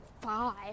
five